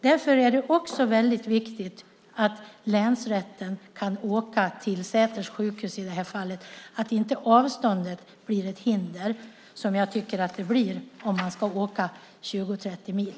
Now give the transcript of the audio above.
Det är därför väldigt viktigt att länsrätten kan åka till Säters sjukhus, i det här fallet, och att inte avståndet blir ett hinder. Det tycker jag att det blir om man ska åka 20-30 mil.